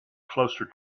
closer